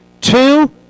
Two